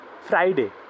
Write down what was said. Friday